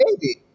baby –